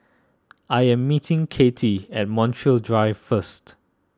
I am meeting Kati at Montreal Drive first